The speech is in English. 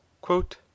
quote